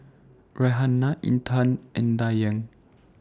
Raihana Intan and Dayang